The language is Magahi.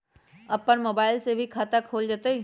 अपन मोबाइल से भी खाता खोल जताईं?